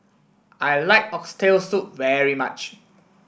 I like Oxtail Soup very much